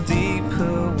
deeper